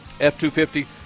F-250